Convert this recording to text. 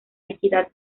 equidad